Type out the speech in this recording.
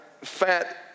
fat